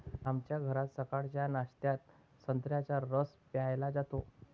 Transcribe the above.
आमच्या घरात सकाळच्या नाश्त्यात संत्र्याचा रस प्यायला जातो